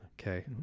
Okay